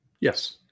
Yes